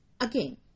Again